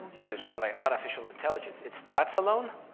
and it's run by artificial intelligence. it starts alone,